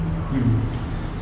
mm